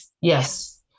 Yes